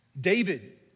David